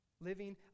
Living